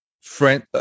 friend